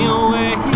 away